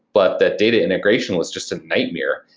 but that data integration was just a nightmare.